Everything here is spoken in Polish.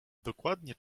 dokładnie